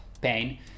pain